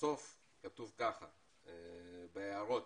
בסוף כתוב ככה בהערות: